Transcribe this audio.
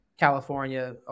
California